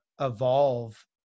evolve